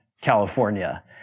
California